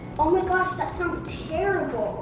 oh my gosh, that sounds terrible!